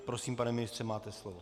Prosím, pane ministře, máte slovo.